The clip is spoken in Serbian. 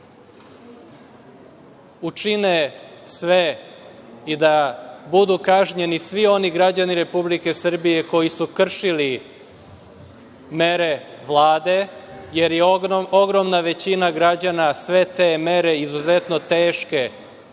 učine sve i da budu kažnjeni svi oni građani Republike Srbije koji su kršili mere Vlade, jer je ogromna većina građana sve te mere izuzetno teške